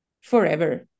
forever